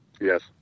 Yes